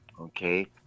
okay